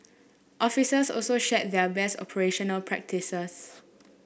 officers also shared their best operational practices